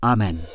Amen